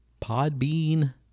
Podbean